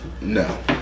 no